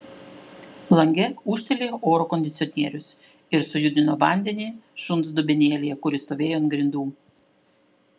lange ūžtelėjo oro kondicionierius ir sujudino vandenį šuns dubenėlyje kuris stovėjo ant grindų